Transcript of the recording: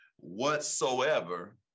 whatsoever